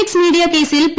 X media കേസിൽ P